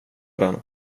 den